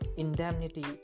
indemnity